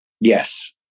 Yes